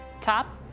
top